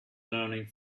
learning